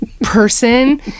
person